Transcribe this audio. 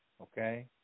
okay